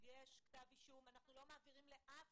כשיש כתב אישום אנחנו לא מעבירים לאף